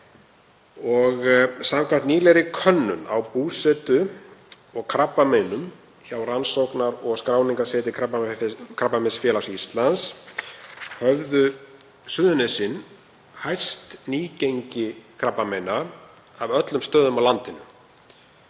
Samkvæmt nýlegri könnun á búsetu og krabbameinum hjá Rannsókna- og skráningarsetri Krabbameinsfélags Íslands höfðu Suðurnesin hæst nýgengi krabbameina af öllum stöðum á landinu